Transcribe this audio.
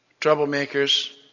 Troublemakers